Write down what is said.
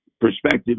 perspective